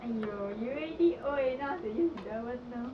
!aiyo! you already old enough to use you don't even know